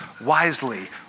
wisely